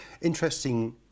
interesting